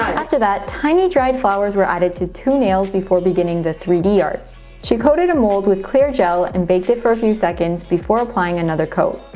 after that tiny dried flowers were added to two nails before beginning the three d art she coated a mold with clear gel and baked it for few seconds before applying another coat